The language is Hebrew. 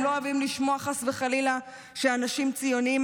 הם לא אוהבים לשמוע, חס וחלילה, שאנשים ציוניים